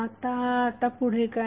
आता पुढे काय